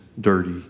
dirty